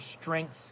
strength